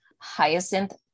hyacinth